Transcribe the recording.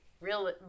real